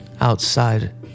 outside